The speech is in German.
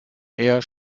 eher